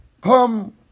come